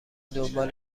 دنبال